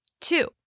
Two